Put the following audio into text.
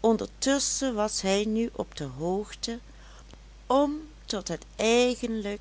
ondertusschen was hij nu op de hoogte om tot het eigenlijk